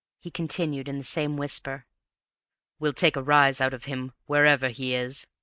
he continued in the same whisper we'll take a rise out of him, wherever he is!